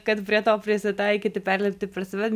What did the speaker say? kad prie to prisitaikyti perlipti per save